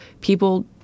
People